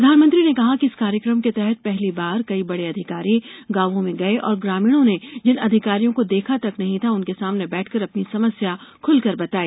प्रधानमंत्री ने कहा कि इस कार्यक्रम के तहत पहली बार कई बड़े अधिकारी गांवों में गये और ग्रामीणों ने जिन अधिकारियों को देखा तक नहीं था उनके सामने बैठकर अपनी समस्या खुलकर बताई